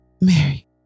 Mary